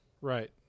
Right